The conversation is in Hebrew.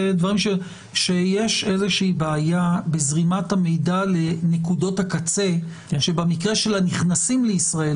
שיש איזושהי בעיה בזרימת המידע לנקודות הקצה ושבמקרה של הנכנסים לישראל,